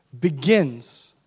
begins